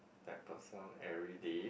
that person everyday